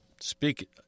speak